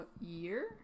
year